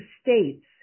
states